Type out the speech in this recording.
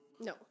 No